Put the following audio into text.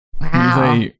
Wow